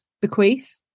Bequeath